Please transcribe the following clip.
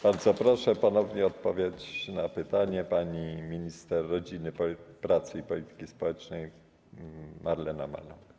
Bardzo proszę, ponownie odpowie na pytanie pani minister rodziny, pracy i polityki społecznej Marlena Maląg.